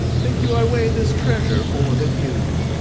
think you i weigh this treasure more than you?